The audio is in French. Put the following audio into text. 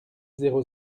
zéro